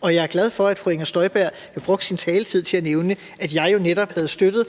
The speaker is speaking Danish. Og jeg er glad for, at fru Inger Støjberg brugte sin taletid til at nævne, at jeg jo netop også havde støttet,